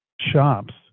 shops